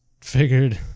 figured